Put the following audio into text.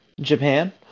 Japan